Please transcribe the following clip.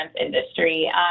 industry